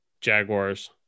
Jaguars